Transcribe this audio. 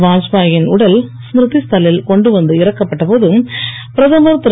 வாத்பாயின் உடல் ஸ்மிருதி ஸ்தல் லில் கொண்டுவந்து இறக்கப்பட்டபோது பிரதமர் திரு